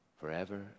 forever